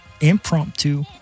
impromptu